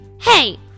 Hey